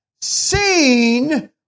seen